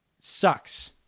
Sucks